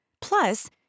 Plus